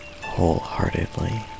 wholeheartedly